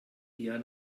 eher